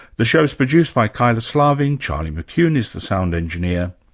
the show is produced by kyla slaven. charlie mccune is the sound engineer.